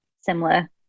similar